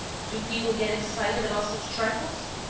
do people get excited about such trifles?